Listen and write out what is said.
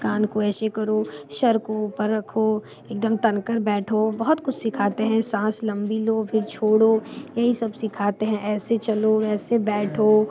कान को ऐसे करो सिर को ऊपर रखो एक दम तन कर बैठो बहुत कुछ सीखाते हैं साँस लंबी लो फिर छोड़ो यही सब सीखाते हैं ऐसे चलो वैसे बैठो